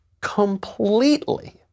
completely